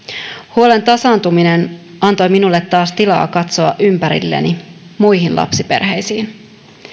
huolen tasaantuminen antoi minulle taas tilaa katsoa ympärilleni muihin lapsiperheisiin